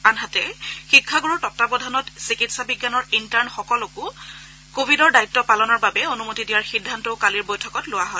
আনহাতে শিক্ষাণ্ডৰুৰ তত্বাৱধানত চিকিৎসা বিজ্ঞানৰ ইণ্টাৰ্ণ সকলকো কোৱিডৰ দায়িত্ব পালনৰ বাবে অনুমতি দিয়াৰ সিদ্ধান্তও কালিৰ বৈঠকত লোৱা হয়